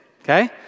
okay